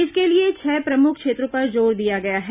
इसके लिए छह प्रमुख क्षेत्रों पर जोर दिया गया है